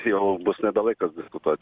jau bus nebe laikas diskutuoti